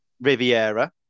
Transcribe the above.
Riviera